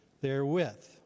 therewith